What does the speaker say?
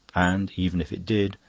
and even if it did,